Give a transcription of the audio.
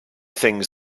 things